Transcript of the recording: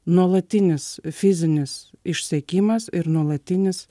nuolatinis fizinis išsekimas ir nuolatinis